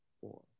four